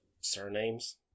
surnames